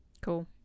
cool